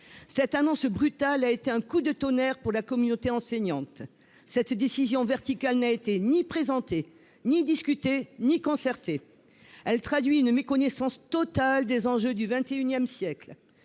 Cette annonce brutale a été un coup de tonnerre pour la communauté enseignante. Cette décision verticale n'a été ni présentée, ni discutée, ni concertée. Elle traduit une méconnaissance totale des enjeux du XXI siècle.